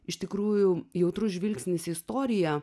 iš tikrųjų jautrus žvilgsnis į istoriją